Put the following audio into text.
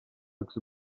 looks